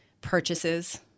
purchases